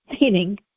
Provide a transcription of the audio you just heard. meaning